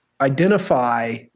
identify